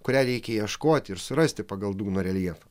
kurią reikia ieškoti ir surasti pagal dugno reljefą